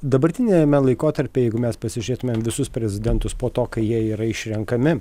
dabartiniame laikotarpyje jeigu mes pasižiūrėtumėm visus prezidentus po to kai jie yra išrenkami